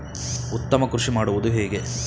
ಉತ್ತಮ ಕೃಷಿ ಮಾಡುವುದು ಹೇಗೆ?